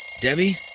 Debbie